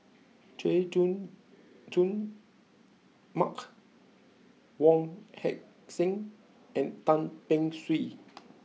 Chay Jung Jun Mark Wong Heck Sing and Tan Beng Swee